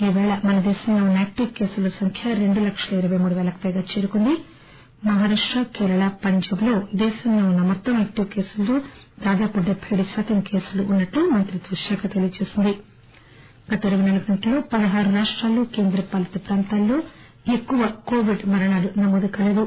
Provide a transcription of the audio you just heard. ఈ పేళ మన దేశంలో ఉన్న యాక్టివ్ కేసుల సంఖ్య రెండు లక్షల ఇరవై మూడు వేలకు పైగా చేరుకుంది మహారాష్ట కేరళ పంజాట్ దేశంలో ఉన్న మొత్తం యాక్టివ్ కేసుల్లో దాదాపు డెబ్బె ఏడు శాతం కేసులు చూస్తున్నాయని మంత్రిత్వ శాఖ తెలియజేసింది గత ఇరవై నాలుగు గంటల్లో పదహారు రాష్టాలు కేంద్రపాలిత ప్రాంతాల్లో ఎక్కువ బిడ్ మరణాలు నమోదు కాలేదు